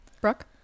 Brooke